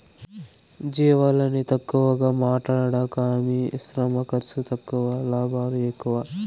జీవాలని తక్కువగా మాట్లాడకమ్మీ శ్రమ ఖర్సు తక్కువ లాభాలు ఎక్కువ